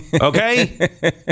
Okay